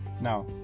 now